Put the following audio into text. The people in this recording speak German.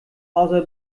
außer